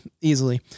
easily